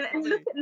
look